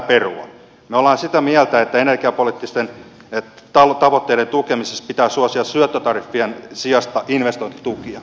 me olemme sitä mieltä että energiapoliittisten tavoitteiden tukemisessa pitää suosia syöttötariffien sijasta investointitukia